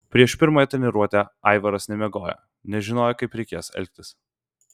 prieš pirmąją treniruotę aivaras nemiegojo nežinojo kaip reikės elgtis